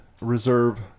reserve